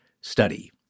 study